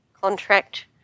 contract